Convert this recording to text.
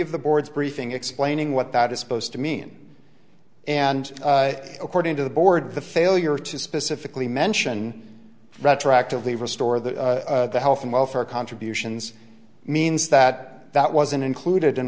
of the board's briefing explaining what that is supposed to mean and according to the board the failure to specifically mention retroactively restore the health and welfare contributions means that that wasn't included in